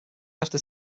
after